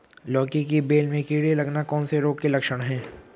लौकी की बेल में कीड़े लगना कौन से रोग के लक्षण हैं?